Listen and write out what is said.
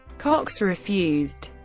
cox refused.